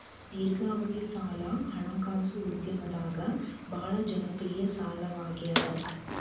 ದೇರ್ಘಾವಧಿ ಸಾಲ ಹಣಕಾಸು ಉದ್ಯಮದಾಗ ಭಾಳ್ ಜನಪ್ರಿಯ ಸಾಲವಾಗ್ಯಾದ